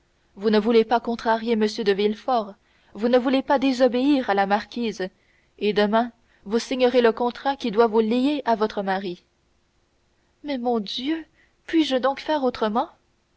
vous ne voulez pas contrarier m de villefort vous ne voulez pas désobéir à la marquise et demain vous signerez le contrat qui doit vous lier à votre mari mais mon dieu puis-je donc faire autrement